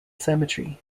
cemetery